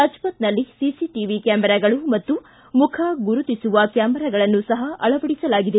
ರಾಜ್ಪಥ್ನಲ್ಲಿ CCTV ಕ್ಯಾಮೆರಾಗಳು ಮತ್ತು ಮುಖ ಗುರುತಿಸುವ ಕ್ಯಾಮೆರಾಗಳನ್ನು ಸಹ ಅಳವಡಿಸಲಾಗಿದೆ